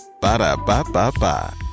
Ba-da-ba-ba-ba